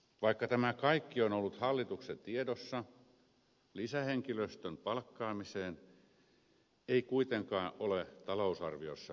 vaikka tämä kaikki on ollut hallituksen tiedossa lisähenkilöstön palkkaamiseen ei kuitenkaan ole talousarviossa varauduttu